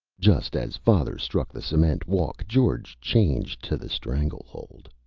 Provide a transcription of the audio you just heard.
just as father struck the cement walk george changed to the strangle hold.